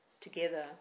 together